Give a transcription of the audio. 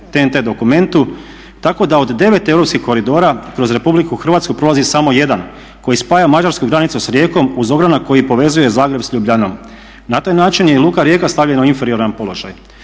TNT dokumentu, tako da od 9 europskih koridora kroz RH prolazi samo jedan koji spaja mađarsku granicu s Rijekom uz ogranak koji povezuje Zagreb s Ljubljanom. Na taj način je i Luka Rijeka stavljena u inferioran položaj.